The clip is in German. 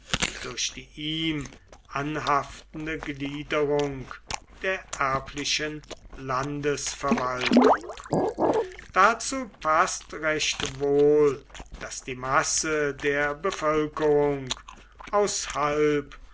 durch die ihm anhaftende gliederung der erblichen landesverwaltung dazu paßt recht wohl daß die masse der bevölkerung aus halb